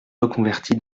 reconverti